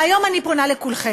והיום אני פונה לכולכם.